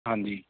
ਹਾਂਜੀ